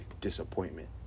disappointment